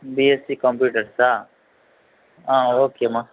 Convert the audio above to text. BSc కంప్యూటర్సా okay మా